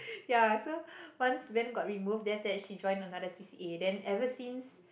ya so once band got removed then that after that she joined another C_C_A then ever since